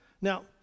Now